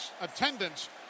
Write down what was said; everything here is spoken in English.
attendance